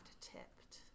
tipped